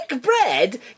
bread